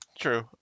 true